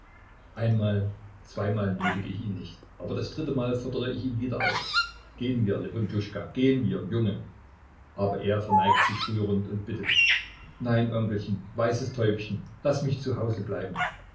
einmal zweimal nötigte ich ihn nicht aber das drittemal fordere ich ihn wieder auf gehen wir lewontjuschka gehen wir junge aber er verneigt sich rührend und bittet nein onkelchen weißes täubchen laß mich zu hause bleiben